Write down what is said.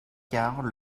quart